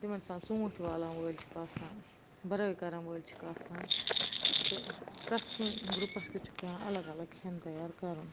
تِمن چھِ آسان ژوٗنٛٹھۍ والَن وٲلۍ چھِکھ آسان براے کرن وٲلۍ چھِکھ آسان تہٕ پرٮ۪تھ کُنہِ گروپس کیُت چھُکھ پیٚوان الگ الگ کھیٚن تیار کرُن